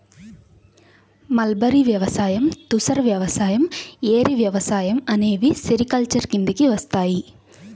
mulberry వ్యవసాయం, తుసర్ వ్యవసాయం, ఏరి వ్యవసాయం అనేవి సెరికల్చర్ కిందికి వస్తాయి